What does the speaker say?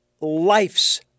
life's